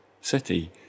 city